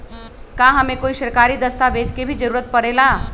का हमे कोई सरकारी दस्तावेज के भी जरूरत परे ला?